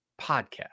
Podcast